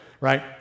right